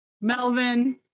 Melvin